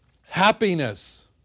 happiness